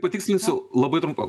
patikslinsiu labai trumpam